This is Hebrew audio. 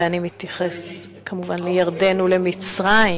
ואני מתייחס כמובן לירדן ולמצרים,